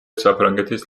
საფრანგეთის